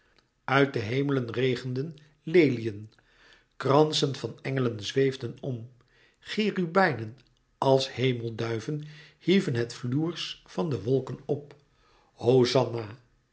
uit de hemelen regenden leliën kransen van engelen zweefden om cherubijnen als hemelduiven hieven het floers van de wolken op hosanna